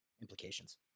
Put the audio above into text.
implications